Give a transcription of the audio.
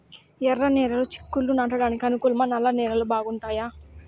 ఎర్రనేలలు చిక్కుళ్లు నాటడానికి అనుకూలమా నల్ల నేలలు బాగుంటాయా